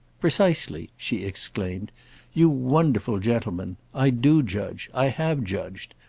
precisely, she exclaimed you wonderful gentleman! i do judge i have judged.